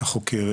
החוקרת